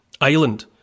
island